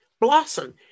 blossom